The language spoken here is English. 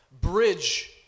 bridge